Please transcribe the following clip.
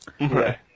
Right